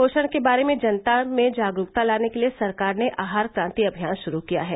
पोषण के बारे में जनता में जागरूकता लाने के लिए सरकार ने आहार क्रांति अभियान श्रू किया है